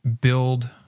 build